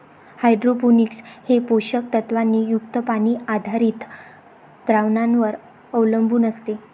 hydroponics हे पोषक तत्वांनी युक्त पाणी आधारित द्रावणांवर अवलंबून असते